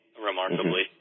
remarkably